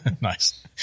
Nice